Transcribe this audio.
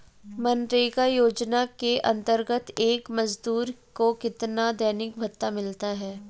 मनरेगा योजना के अंतर्गत एक मजदूर को कितना दैनिक भत्ता मिलता है?